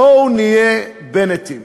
בואו נהיה בנטים.